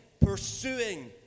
pursuing